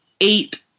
eight